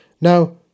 Now